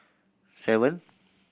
seven